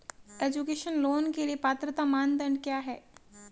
Education loan के लिए पात्रता मानदंड क्या है?